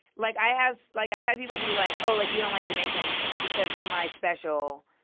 like, i have like, i had people be like, oh, like, you don't like jamaicans because in my special,